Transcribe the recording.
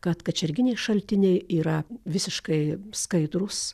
kad kačerginėje šaltiniai yra visiškai skaidrūs